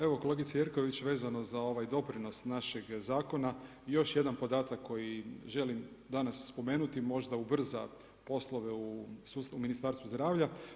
Evo, kolegice Jerković, vezano za ovaj doprinos našeg zakona, još jedan podatak koji želim danas spomenuti, možda ubrza poslove u sustavu Ministarstva zdravlja.